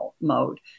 mode